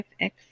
FX